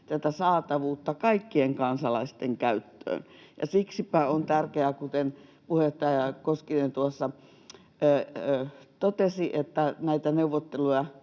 näiden saatavuutta kaikkien kansalaisten käyttöön. Siksipä on tärkeää, kuten puheenjohtaja Koskinen totesi, että näitä neuvotteluja